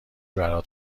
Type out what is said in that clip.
برات